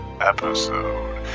episode